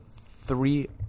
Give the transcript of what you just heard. three